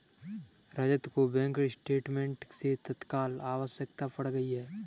रजत को bank statement की तत्काल आवश्यकता पड़ गई है